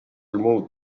removed